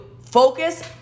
focus